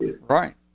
Right